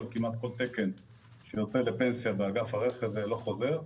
כמעט כל תקן שיוצא לפנסיה באגף הרכב לא חוזר,